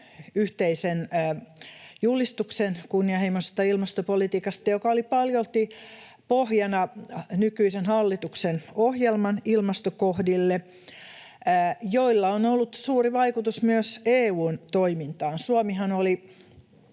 yhteisen julistuksen kunnianhimoisesta ilmastopolitiikasta, joka oli paljolti pohjana nykyisen hallituksen ohjelman ilmastokohdille, joilla on ollut suuri vaikutus myös EU:n toimintaan. Suomihan oli